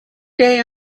day